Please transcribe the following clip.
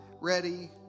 ready